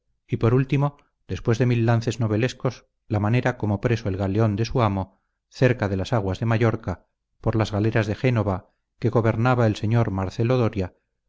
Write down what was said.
y por último después de mil lances novelescos la manera como preso el galeón de su amo cerca de las aguas de mallorca por las galeras de génova que gobernaba el sr marcelo doria